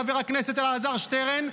חבר הכנסת אלעזר שטרן,